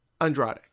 Andrade